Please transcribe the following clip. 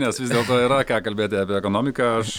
nes vis dėlto yra ką kalbėti apie ekonomiką aš